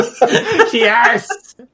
Yes